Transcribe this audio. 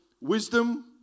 Wisdom